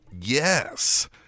Yes